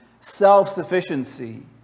self-sufficiency